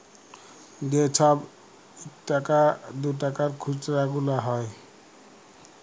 যে ছব ইকটাকা দুটাকার খুচরা গুলা হ্যয়